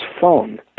phone